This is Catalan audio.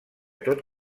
tot